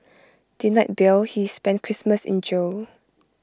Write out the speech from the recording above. denied bail he spent Christmas in jail